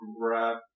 grab